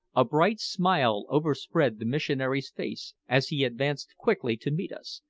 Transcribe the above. a bright smile overspread the missionary's face as he advanced quickly to meet us,